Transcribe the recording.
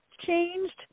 changed